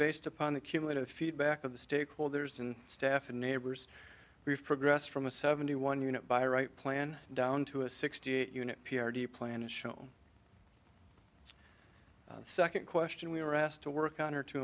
based upon the cumulative feedback of the stakeholders and staff and neighbors we have progressed from a seventy one unit by right plan down to a sixty eight unit p r t plan to show the second question we were asked to work on or to